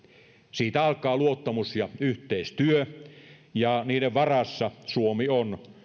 siitä alkaa luottamus ja yhteistyö ja niiden varassa suomi on